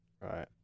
Right